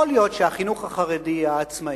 יכול להיות שהחינוך החרדי העצמאי,